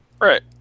Right